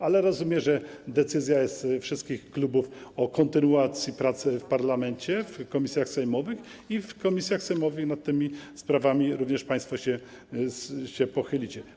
Ale rozumiem, że jest decyzja wszystkich klubów o kontynuacji prac w parlamencie, w komisjach sejmowych i w komisjach sejmowych nad tymi sprawami również państwo się pochylicie.